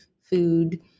food